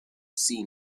seen